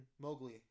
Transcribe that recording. Mowgli